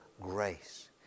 grace